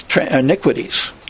iniquities